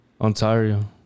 ontario